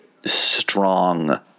strong